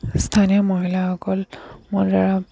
স্থানীয় মহিলাসকল মোৰ দ্বাৰা